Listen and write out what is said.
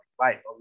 life